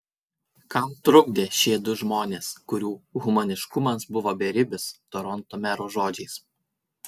kam trukdė šie du žmonės kurių humaniškumas buvo beribis toronto mero žodžiais